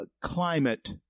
climate